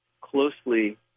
closely